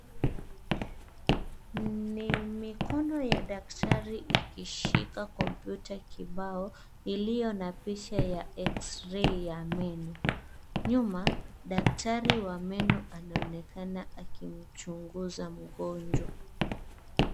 Ni mikono ya daktari ikishika kompyuta kibao, iliyo na picha ya x-ray ya meno. Nyuma, daktari wa meno anaonekana akimchunguza mgonjwa.